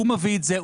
הוא מביא את זה,